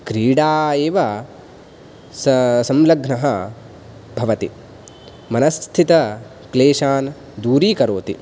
क्रीडा एव स सम्लग्नः भवति मनस्थितक्लेशान् दूरीकरोति